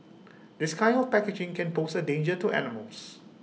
this kind of packaging can pose A danger to animals